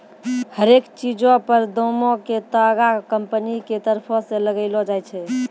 हरेक चीजो पर दामो के तागा कंपनी के तरफो से लगैलो जाय छै